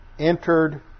entered